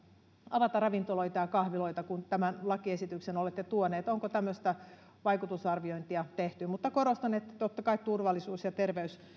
avata ravintoloita ja kahviloita kun tämän lakiesityksen olette tuoneet onko tämmöistä vaikutusarviointia tehty korostan että totta kai turvallisuus ja terveys